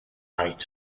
night